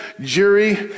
jury